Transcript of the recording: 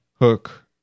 Hook